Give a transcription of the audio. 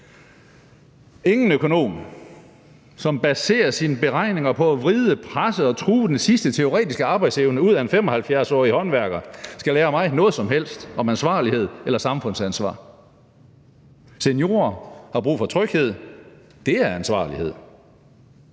Ingen økonom, som baserer sine beregninger på at vride, presse og true den sidste teoretiske arbejdsevne ud af en 75-årig håndværker, skal lære mig noget som helst om ansvarlighed eller samfundsansvar. Seniorer har brug for tryghed; det er ansvarlighed.